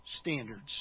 standards